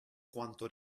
quanto